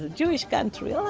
jewish country,